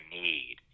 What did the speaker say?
need